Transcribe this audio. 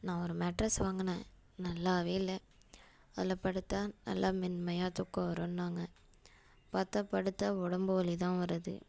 நான் ஒரு மேட்ரஸ் வாங்குன் நல்லா இல்லை அதில் படுத்தால் நல்லா மென்மையாக தூக்கம் வருன்னாங்க பார்த்தா படுத்தால் உடம்பு வலி தான் வருது